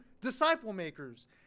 disciple-makers